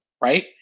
right